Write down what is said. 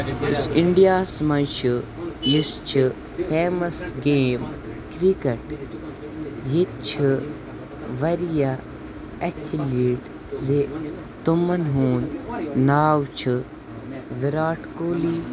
یُس اِنٛڈیاہَس منٛز چھ یُس چھِ فیمَس گیم کِرکٹ ییٚتہِ چھِ واریاہ ایتھلیٖٹ زِ تمَن ہُنٛد ناو چھُ وِراٹھ کوہلی